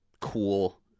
cool